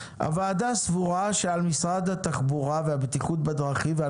"הוועדה סבורה שעל משרד התחבורה והבטיחות בדרכים ועל